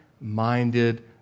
minded